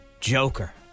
Joker